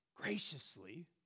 Graciously